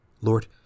Lord